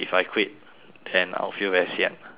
then I'll feel very sian